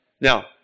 Now